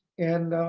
and